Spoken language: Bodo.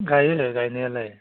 गायो गायनायालाय